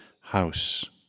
house